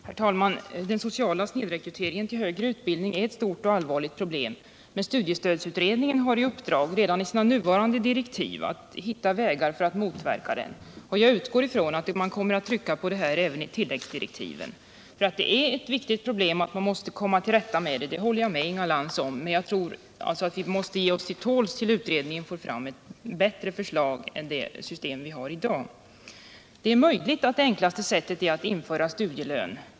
Herr talman! Den sociala snedrekryteringen till högre utbildning är ett stort och allvarligt problem, men studiestödsutredningen har redan enligt sina nuvarande direktiv i uppdrag att hitta vägar för att motverka det. Jag utgår från att man kommer att trycka på detta även i tilläggsdirektiven. Att det är ett viktigt problem som man måste komma till rätta med håller jag med Inga Lantz om, men vi måste ge oss till tåls till dess utredningen har arbetat fram ett bättre system än det vi har i dag. Det är möjligt att det enklaste sättet är att införa studielön.